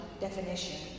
definition